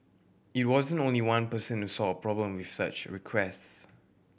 it wasn't only one person who saw a problem with such requests